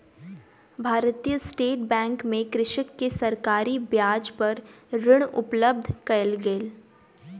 भारतीय state bank मे कृषक के सरकारी ब्याज पर ऋण उपलब्ध कयल गेल